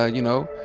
ah you know,